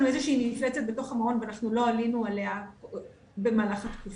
איזושהי מפלצת בתוך המעון ואנחנו לא עלינו עליה במהלך התקופה.